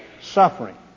suffering